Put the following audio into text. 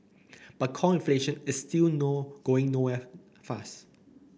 but core inflation is still no going nowhere fast